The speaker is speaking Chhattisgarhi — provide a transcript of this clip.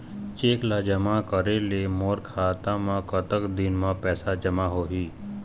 चेक ला जमा करे ले मोर खाता मा कतक दिन मा पैसा जमा होही?